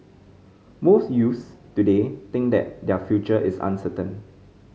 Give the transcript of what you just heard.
most youths today think that their future is uncertain